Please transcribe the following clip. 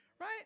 right